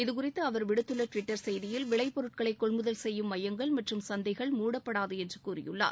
இதுகுறித்து அவா் விடுத்துள்ள டுவிட்டர் செய்தியில் விளைப் பொருட்களை கொள்முதல் செய்யும் மையங்கள் மற்றும் சந்தைகள் மூடப்படாது என்று கூறியுள்ளார்